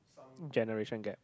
generation gap